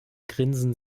grinsen